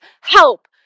Help